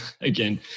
again